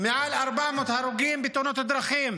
מעל 400 הרוגים בתאונות הדרכים,